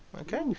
Okay